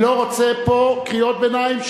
אני לא רוצה פה קריאות ביניים,